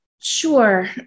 Sure